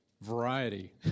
variety